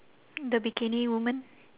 the bikini woman